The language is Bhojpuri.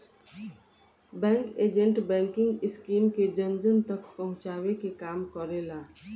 बैंक एजेंट बैंकिंग स्कीम के जन जन तक पहुंचावे के काम करेले